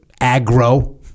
aggro